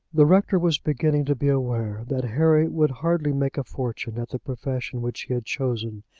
the rector was beginning to be aware that harry would hardly make a fortune at the profession which he had chosen,